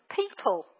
people